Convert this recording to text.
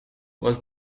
was